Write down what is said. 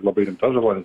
labai rimta žala